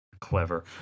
clever